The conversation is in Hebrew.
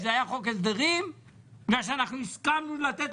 שזה היה חוק הסדרים בגלל שהסכמנו לתת